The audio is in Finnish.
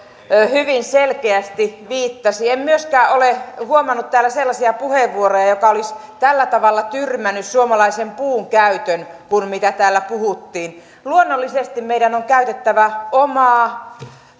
hyvin selkeästi viittasi en myöskään ole huomannut täällä sellaisia puheenvuoroja jotka olisivat sillä tavalla tyrmänneet suomalaisen puun käytön kuin täällä puhuttiin luonnollisesti meidän on käytettävä omaa